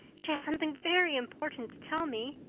she has something very important to tell me.